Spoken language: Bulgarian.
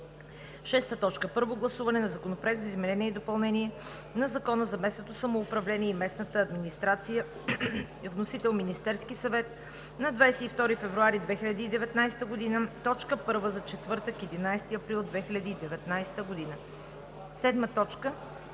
Първо гласуване на Законопроекта за изменение и допълнение на Закона за местното самоуправление и местната администрация. Вносител е Министерският съвет на 22 февруари 2019 г. – точка първа за четвъртък, 11 април 2019 г. 7.